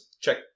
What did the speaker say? check